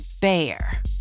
bear